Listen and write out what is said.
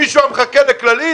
מישהו היה מחכה לכללים?